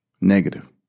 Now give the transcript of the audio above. negative